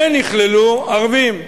ונכללו ערבים.